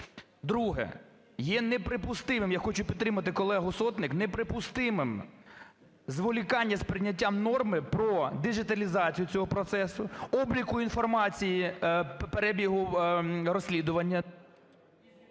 Друге. Є неприпустимим, я хочу підтримати колегу Сотник, неприпустимим зволікання з прийняттям норми про діджиталізацію цього процесу, обліку інформації перебігу розслідування…